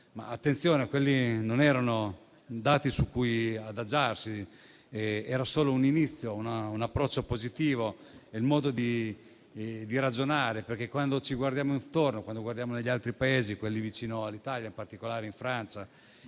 Attenzione, però: quelli non erano dati su cui adagiarsi, ma era solo un inizio, un approccio positivo, un modo di ragionare; quando ci guardiamo intorno, quando guardiamo gli altri Paesi, quelli vicini all'Italia, in particolare la Francia